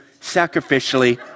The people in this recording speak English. sacrificially